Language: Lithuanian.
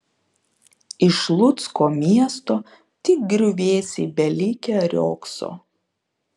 iš lucko miesto tik griuvėsiai belikę riogso